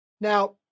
Now